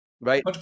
right